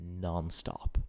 nonstop